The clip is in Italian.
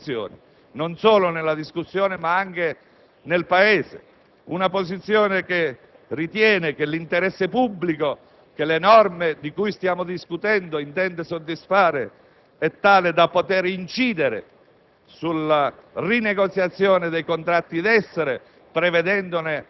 privatistica; su questo punto si sono contrapposte due posizioni, non solo nella discussione, ma anche nel Paese. Una posizione ritiene che l'interesse pubblico, che le norme di cui stiamo discutendo intende soddisfare, sia tale da poter incidere